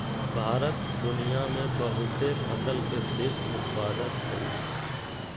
भारत दुनिया में बहुते फसल के शीर्ष उत्पादक हइ